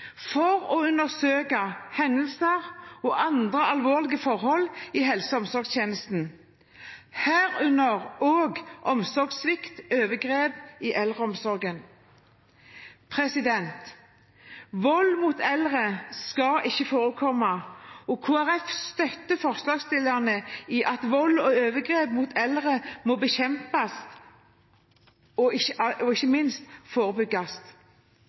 for å undersøke hendelser og andre alvorlige forhold i helse- og omsorgstjenesten, herunder også omsorgssvikt og overgrep i eldreomsorgen. Vold mot eldre skal ikke forekomme, og Kristelig Folkeparti støtter forslagsstillerne i at vold og overgrep mot eldre må bekjempes og ikke